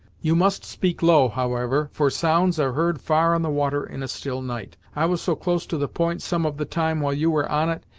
you must speak low, however, for sounds are heard far on the water in a still night. i was so close to the point some of the time while you were on it,